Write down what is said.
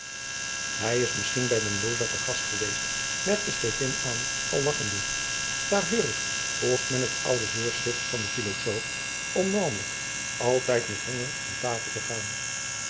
hij is misschien bij mendoza te gast geweest merkte stevyn aan al lagchende daor heur ik volgt men het oude veurschrift van den filosoof om naomelijk altijd met honger van taofel te gaan